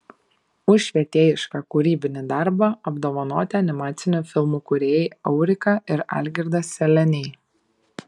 už švietėjišką kūrybinį darbą apdovanoti animacinių filmų kūrėjai aurika ir algirdas seleniai